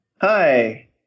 Hi